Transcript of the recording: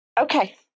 okay